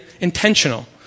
intentional